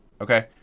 okay